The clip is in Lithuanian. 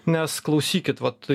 nes klausykit vat